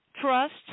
Trust